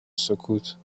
سکوت